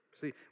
See